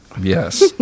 Yes